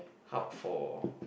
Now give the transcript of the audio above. hub for